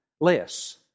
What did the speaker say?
less